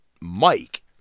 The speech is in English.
Mike